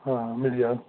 हां मिली जाह्ग